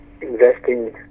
investing